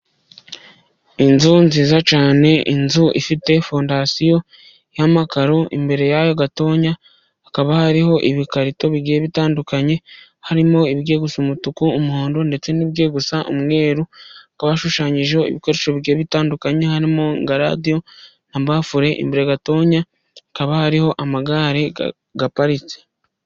Inzu nziza cyane, inzu ifite fondasiyo y'amakaro, imbere yayo gatoya hakaba hariho ibikarito bigiye bitandukanye, harimo ibigiye gusa umutuku, umuhondo, ndetse n'ibigiye gusa umweru, hakaba hashushanyijeho ibishushanyo bitandukanye, harimo nka radio, nka amabafure, imbere gatoya hakaba hariho amagare aparitse.